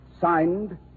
Signed